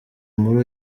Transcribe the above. muri